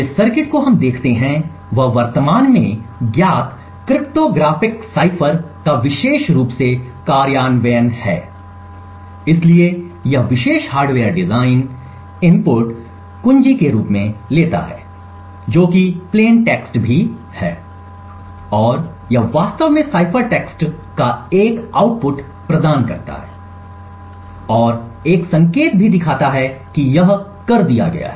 जिस सर्किट को हम देखते हैं वह वर्तमान में ज्ञात क्रिप्टोग्राफ़िक साइफर का विशेष रूप से कार्यान्वयन है इसलिए यह विशेष हार्डवेयर डिज़ाइन इनपुट कुंजी के रूप में लेता है जो कि प्लेन टेक्स्ट भी है और यह वास्तव में साइफर टेक्स्ट का एक आउटपुट प्रदान करता है और एक संकेत भी दिखाता है यह कर दिया गया है